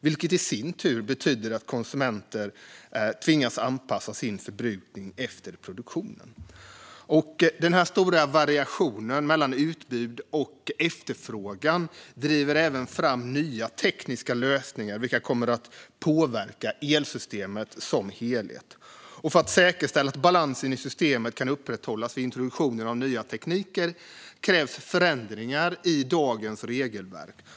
Detta i sin tur betyder att konsumenter tvingas anpassa sin förbrukning efter produktionen. Denna stora variation mellan utbud och efterfrågan driver även fram nya tekniska lösningar, vilka kommer att påverka elsystemet som helhet. För att säkerställa att balansen i systemet kan upprätthållas vid introduktionen av nya tekniker krävs förändringar i dagens regelverk.